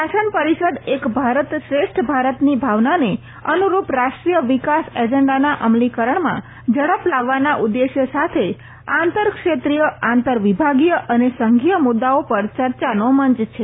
શાસન પરિષદ એક ભારત શ્રેષ્ઠ ભારતની ભાવનાને અનુરૂપ રાષ્ટ્રીય વિકાસ એજંડાના અમલીકરણમાં ઝડપ લાવવાના ઉદેશ્ય સાથે આંતરક્ષેત્રીય આંતર વિભાગીય અને સંઘીય મુદાઓ પર ચર્ચાનો મંચ છે